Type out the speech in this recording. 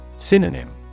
Synonym